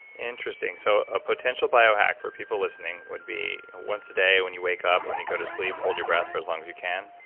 interesting. so a potential biohack for people listening would be once a day when you wake up or when you go to sleep, hold your breath for as long as you can.